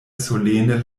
solene